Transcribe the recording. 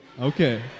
Okay